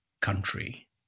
country